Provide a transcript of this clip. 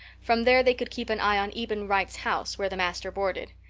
from there they could keep an eye on eben wright's house, where the master boarded.